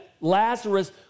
Lazarus